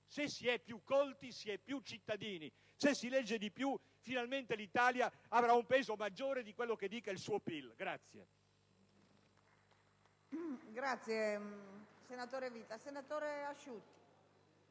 Se si è più colti, si è più cittadini. Se si legge di più, finalmente l'Italia avrà un peso maggiore di quello che dice il suo PIL.